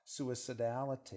suicidality